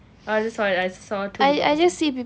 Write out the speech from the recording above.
oh I just saw it I just saw two people posting